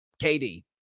KD